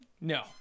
No